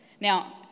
Now